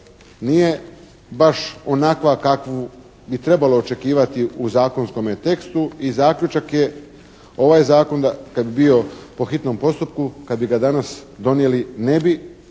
nije baš onakva kakvu bi trebalo očekivati u zakonskome tekstu i zaključak je ovaj Zakon kad bi bio po hitnom postupku, kad bi ga danas donijeli ne bi